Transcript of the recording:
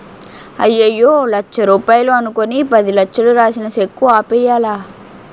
అయ్యయ్యో లచ్చ రూపాయలు అనుకుని పదిలచ్చలు రాసిన సెక్కు ఆపేయ్యాలా